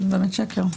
זה באמת שקר.